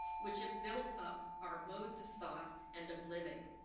which have built up our modes of thought and of living.